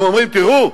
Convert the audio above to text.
הם אומרים: תראו,